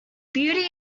beauty